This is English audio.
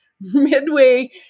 Midway